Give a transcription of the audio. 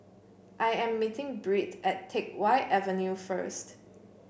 I am meeting Britt at Teck Whye Avenue first